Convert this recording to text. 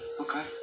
okay